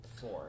four